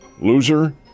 loser